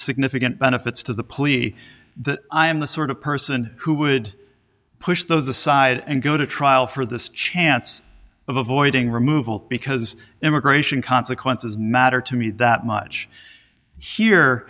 significant benefits to the police that i am the sort of person who would push those aside and go to trial for the chance of avoiding removal because immigration consequences matter to me that much heure